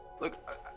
Look